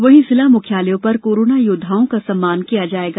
वहीं जिला मुख्यालयों पर कोरोना योद्वाओं का सम्मान किया जायेगा